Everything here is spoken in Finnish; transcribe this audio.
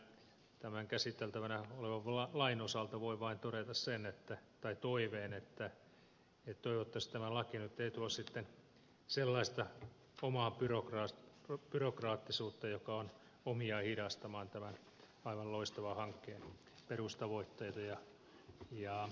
tämän käsiteltävänä olevan lain osalta voin vain todeta toiveen että toivottavasti tämä laki nyt ei tuo sitten sellaista omaa byrokraattisuutta joka on omiaan hidastamaan tämän aivan loistavan hankkeen perustavoitteita ja etenemistä